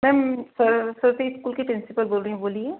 ma'am sir Sophie school की principal बोल रहीं हूँ बोलिए